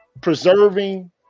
preserving